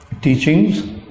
teachings